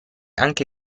anche